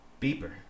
Beeper